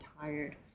tired